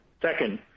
Second